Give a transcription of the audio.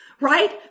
right